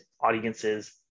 audiences